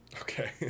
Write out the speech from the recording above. Okay